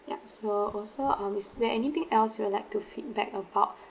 yup so also um is there anything else you'd like to feedback about